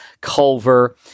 Culver